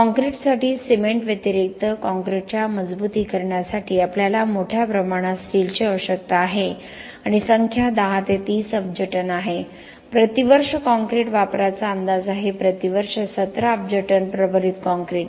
कॉंक्रिटसाठी सिमेंट व्यतिरिक्त कॉंक्रिटच्या मजबुतीकरणासाठी आपल्याला मोठ्या प्रमाणात स्टीलची आवश्यकता आहे आणि संख्या 10 ते 30 अब्ज टन आहे प्रति वर्ष काँक्रीट वापराचा अंदाज आहे प्रति वर्ष 17 अब्ज टन प्रबलित कंक्रीट